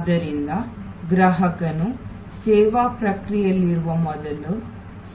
ಆದ್ದರಿಂದ ಗ್ರಾಹಕನು ಸೇವಾ ಪ್ರಕ್ರಿಯೆಯಲ್ಲಿರುವ ಮೊದಲು